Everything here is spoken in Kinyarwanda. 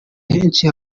henshi